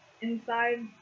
inside